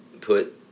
put